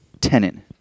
tenant